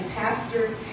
pastors